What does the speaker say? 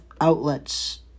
outlets